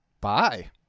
Bye